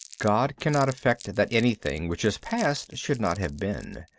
god cannot effect that anything which is past should not have been.